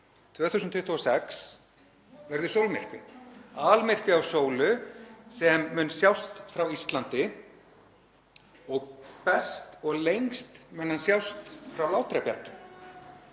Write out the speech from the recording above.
2026 verður sólmyrkvi, almyrkvi á sólu sem mun sjást frá Íslandi og best og lengst mun hann sjást frá Látrabjargi.